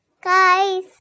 guys